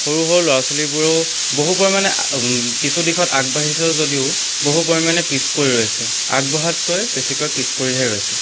সৰু সৰু ল'ৰা ছোৱালীবোৰেও বহু পৰিমাণে কিছু দিশত আগবাঢ়িছে যদিও বহু পৰিমাণে পিছ পৰি ৰৈছে আগবঢ়াতকৈ বেছিকৈ পিছ পৰিহে ৰৈছে